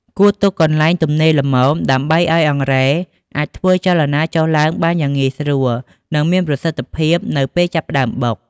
គួរទុកកន្លែងទំនេរល្មម ដើម្បីឱ្យអង្រែអាចធ្វើចលនាចុះឡើងបានយ៉ាងងាយស្រួល និងមានប្រសិទ្ធភាពនៅពេលចាប់ផ្ដើមបុក។